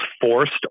forced